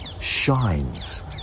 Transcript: shines